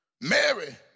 Mary